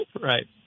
Right